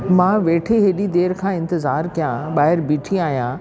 मां वेठी एॾी देरि खां इंतज़ार कयां ॿाहिरि बीठी आहियां